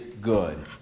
good